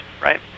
Right